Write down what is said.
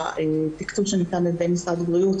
התקצוב שניתן על ידי משרד הבריאות,